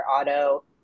Auto